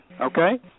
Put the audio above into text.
okay